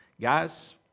Guys